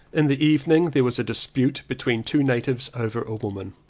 in the evening there was dispute be tween two natives over a woman.